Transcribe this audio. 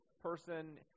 person